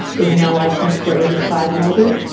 is now licensed for ages five and older.